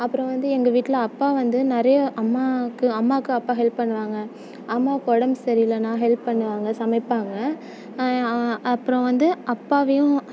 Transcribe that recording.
அப்புறம் வந்து எங்கள் வீட்டில் அப்பா வந்து நிறைய அம்மாவுக்கு அம்மாவுக்கு அப்பா ஹெல்ப் பண்ணுவாங்க அம்மாவுக்கு உடம்பு சரியில்லைனா ஹெல்ப் பண்ணுவாங்கள் சமைப்பாங்கள் அப்புறம் வந்து அப்பாவையும்